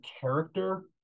character